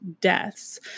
deaths